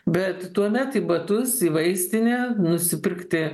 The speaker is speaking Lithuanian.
bet tuomet į batus į vaistinę nusipirkti